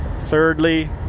thirdly